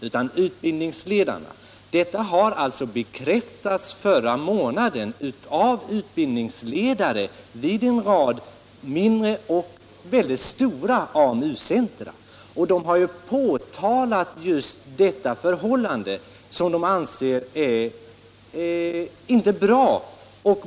Att det kan gå till så här har bekräftats förra månaden av utbildningsledare vid en rad mindre och även mycket stora AMU-centrer, och vederbörande har påtalat just detta förhållande, som de anser inte är bra.